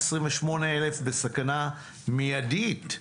28,000 בסכנה מידית,